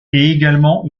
également